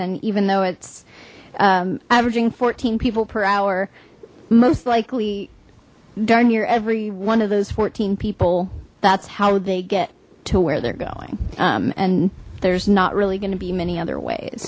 and even though it's averaging fourteen people per hour most likely darn near every one of those fourteen people that's how they get to where they're going and there's not really going to be many other ways